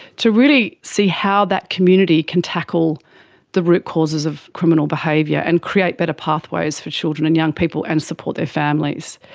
to really see how that community can tackle the root causes of criminal behaviour and create better pathways for children and young people and support their families.